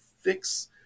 fix